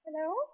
Hello